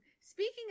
Speaking